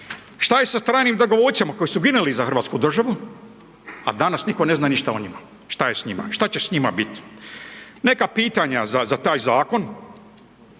Šta je sa stranim dragovoljcima koji su ginuli za hrvatsku državu, a danas nitko ne zna ništa o njima, šta je s njima, šta će s njima bit. Neka pitanja za taj Zakon,